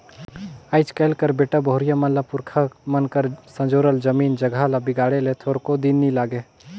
आएज काएल कर बेटा बहुरिया मन ल पुरखा मन कर संजोरल जमीन जगहा ल बिगाड़े ले थोरको दिन नी लागे